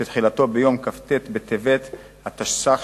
שתחילתו ביום כ"ט בטבת התשס"ח,